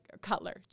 Cutler